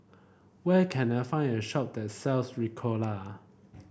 where can I find a shop that sells Ricola